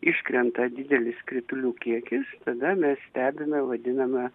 iškrenta didelis kritulių kiekis tada mes stebime vadinamą